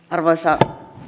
arvoisa